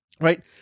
right